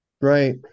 Right